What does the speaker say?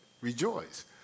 rejoice